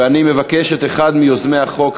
ואני מבקש את אחד מיוזמי החוק,